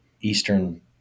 eastern